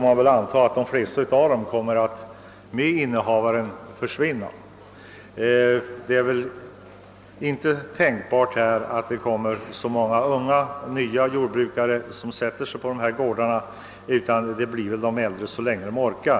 Det kan väl antagas att dessa jordbruk kommer att försvinna med inne havarna. Det är inte antagligt att några nya jordbrukare slår sig ned på dessa gårdar. De äldre får driva dem så länge de orkar.